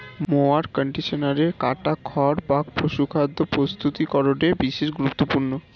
mower কন্ডিশনারে কাটা খড় বা পশুখাদ্য প্রস্তুতিকরনে বিশেষ গুরুত্বপূর্ণ